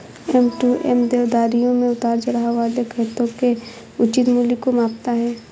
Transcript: M to M देनदारियों में उतार चढ़ाव वाले खातों के उचित मूल्य को मापता है